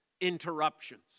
interruptions